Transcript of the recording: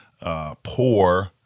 poor